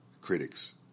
critics